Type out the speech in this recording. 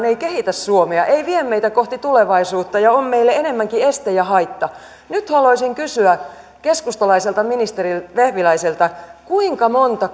ei kehitä suomea ei vie meitä kohti tulevaisuutta ja on meille enemmänkin este ja haitta nyt haluaisin kysyä keskustalaiselta ministeri vehviläiseltä kuinka monta